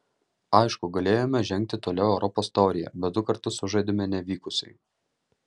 aišku galėjome žengti toliau europos taurėje bet du kartus sužaidėme nevykusiai